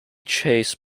chase